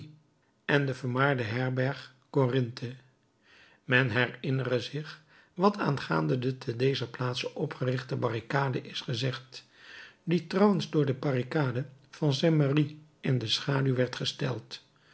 en de vermaarde herberg corinthe men herinnere zich wat aangaande de te dezer plaatse opgerichte barricade is gezegd die trouwens door de barricade van saint merry in de schaduw werd gesteld